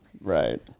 right